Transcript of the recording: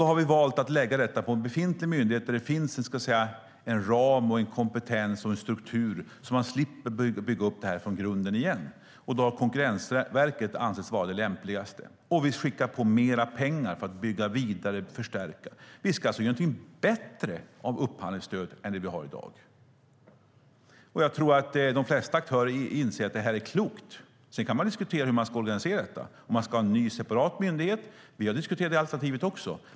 Vi har valt att lägga detta på en befintlig myndighet där det finns en ram, en kompetens och en struktur så att man slipper bygga upp detta igen från grunden. Då har Konkurrensverket ansetts vara det lämpligaste, och vi skickar med mer pengar för att bygga vidare och förstärka. Vi ska göra någonting bättre av upphandlingsstödet än det vi har i dag. Jag tror att de flesta aktörer inser att det är klokt. Sedan kan man diskutera hur man ska organisera detta och om man ska ha en ny separat myndighet. Vi har diskuterat det alternativet.